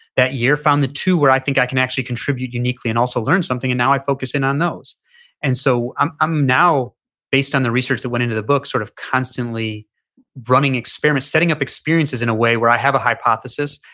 that year found the two where i think i can actually contribute uniquely and also learn something, and now i'm focusing on those and so i'm i'm now based on the research that went into the book, sort of constantly running experiments. setting up experiences in a way where i have a hypothesis.